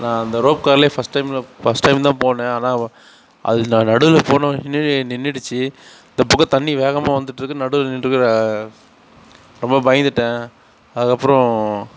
நான் அந்த ரோப்காரில் ஃபஸ்ட் டைமில் ஃபஸ்ட் டைம் தான் போனேன் ஆனால் வ அது நான் நடுவில் போன உடனவே நின்றுடுச்சி இந்தப் பக்கம் தண்ணி வேகமாக வந்துட்டிருக்கு நடுவில் நின்றுக்குது ரொம்ப பயந்துட்டேன் அதுக்கப்புறம்